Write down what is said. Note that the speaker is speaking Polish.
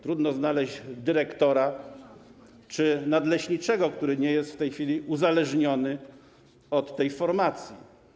Trudno znaleźć dyrektora czy nadleśniczego, który nie jest w tej chwili uzależniony od tej formacji.